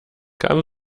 kam